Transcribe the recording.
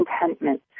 contentment